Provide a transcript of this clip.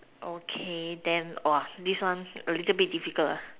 okay then this one a little bit difficult